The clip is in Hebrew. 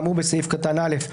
כאמור בסעיף קטן (א),